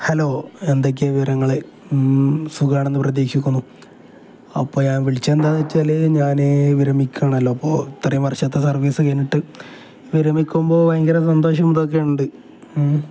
hello എന്തൊക്കെയാണ് വിവരങ്ങള് സുഖമാണെന്ന് പ്രതീക്ഷിക്കുന്നു അപ്പോള് ഞാൻ വിളിച്ചതെന്താണെന്ന് വെച്ചാല് ഞാന് വിരമിക്കുകയാണല്ലോ അപ്പോള് ഇത്രയും വർഷത്തെ സർവീസ് കഴിഞ്ഞിട്ട് വിരമിക്കുമ്പോള് ഭയങ്കരം സന്തോഷവും ഇതൊക്കെയുണ്ട് ങേ